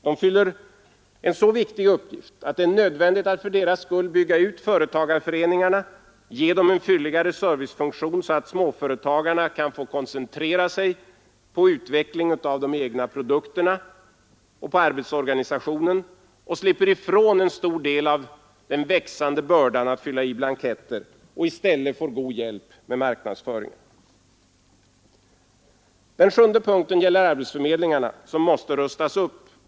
De fyller en så viktig uppgift att det är nödvändigt att för deras skull bygga ut företagarföreningarna och ge dessa en fylligare servicefunktion, så att småföretagarna kan få koncentrera sig på utveckling av de egna produkterna och arbetsorganisationen och slipper ifrån en stor del av den växande bördan av att fylla i blanketter och i stället får en god hjälp med marknadsföringen. 7. Arbetsförmedlingarna skall rustas upp.